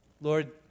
Lord